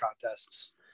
Contests